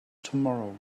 tomorrow